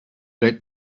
let